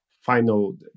final